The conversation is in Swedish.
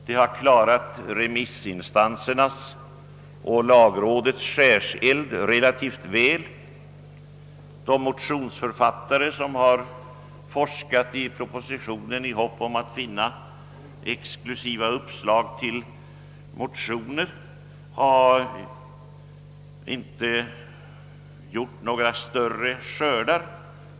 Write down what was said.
Det har klarat remissinstansernas och lagrådets skärseld relativt bra. De motionsförfattare som läst propositionen i förhoppningen att finna exklusiva uppslag till motioner har inte haft någon större framgång.